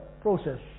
process